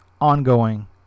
ongoing